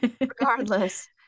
Regardless